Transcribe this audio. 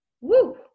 Woo